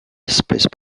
espèces